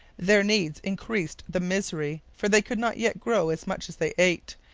their needs increased the misery, for they could not yet grow as much as they ate,